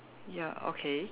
ya okay